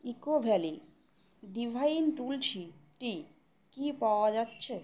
eco Valley Divine Tulsi tea কি পাওয়া যাচ্ছে